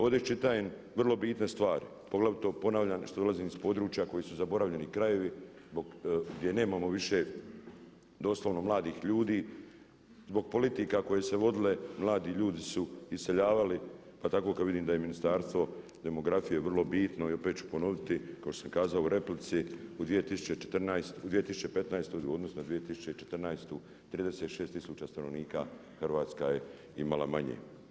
Ovdje iščitajem vrlo bitne stvari, poglavito ponavljam što dolazim iz područja koji su zaboravljeni krajevi gdje nemamo više doslovno mladih ljudi zbog politika koje su se vodile mladi ljudi su iseljavali pa tako kad vidim da je ministarstvo demografije vrlo bitno i opet ću ponoviti kao što sam kazao u replici u 2015. u odnosu na 2014. 36000 stanovnika Hrvatska je imala manje.